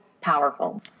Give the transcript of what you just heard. powerful